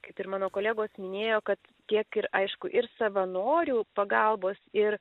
kaip ir mano kolegos minėjo kad tiek ir aišku ir savanorių pagalbos ir